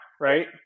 right